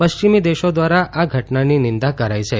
પશ્ચિમી દેશો દ્વારા આ ઘટનાની મિંદા કરાઇ છે